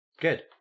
Good